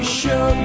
show